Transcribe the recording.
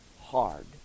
hard